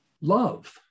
love